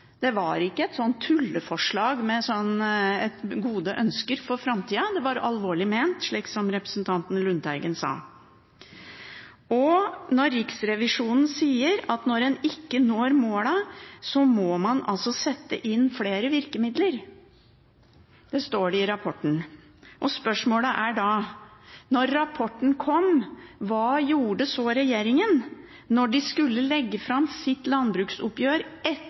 Det var ikke et tulleforslag med gode ønsker for framtida, det var alvorlig ment, slik som representanten Lundteigen sa. Riksrevisjonen sier at når man ikke når målene, må man sette inn flere virkemidler – det står det i rapporten. Spørsmålet er da: Hva gjorde regjeringen da de skulle legge fram sitt landbruksoppgjør